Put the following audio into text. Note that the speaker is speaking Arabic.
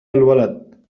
الولد